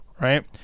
right